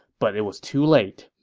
but it was too late.